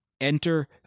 Enter